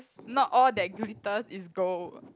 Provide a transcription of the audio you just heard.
not all that glitters is gold